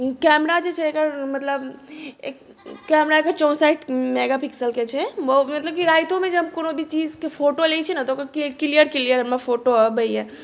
camera जे छै एकर मतलब एक कैमराके चौसठि मेगा पिक्सलके छै मतलब कि रातिमे जब कओनो भी चीजके फोटो लैत छियै ने तऽ ओकर क्लियर क्लियर हमर फोटो अबैया